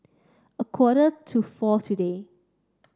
a quarter to four today